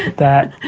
that